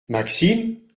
maxime